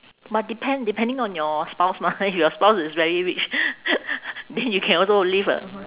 but depend~ depending on your spouse mah if your spouse is very rich then you can also live a